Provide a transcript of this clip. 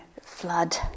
flood